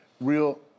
real